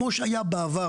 כמו שהיה בעבר,